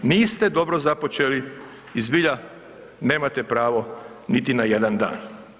Niste dobro započeli i zbilja nemate pravo niti na jedan dan.